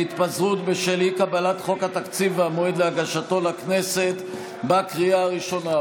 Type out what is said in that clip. (התפזרות בשל אי-קבלת חוק התקציב והמועד להגשתו לכנסת) בקריאה הראשונה.